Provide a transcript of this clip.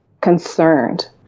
concerned